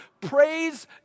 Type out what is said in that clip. Praise